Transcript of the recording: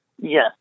Yes